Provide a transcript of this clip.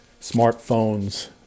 smartphones